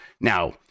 Now